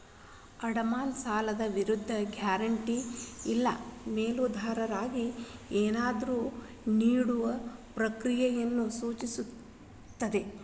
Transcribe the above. ಅಡಮಾನ ಸಾಲದ ವಿರುದ್ಧ ಗ್ಯಾರಂಟಿ ಇಲ್ಲಾ ಮೇಲಾಧಾರವಾಗಿ ಏನನ್ನಾದ್ರು ನೇಡುವ ಪ್ರಕ್ರಿಯೆಯನ್ನ ಸೂಚಿಸ್ತದ